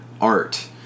art